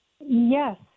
Yes